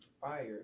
fire